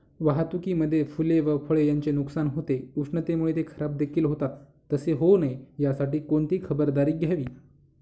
वाहतुकीमध्ये फूले व फळे यांचे नुकसान होते, उष्णतेमुळे ते खराबदेखील होतात तसे होऊ नये यासाठी कोणती खबरदारी घ्यावी?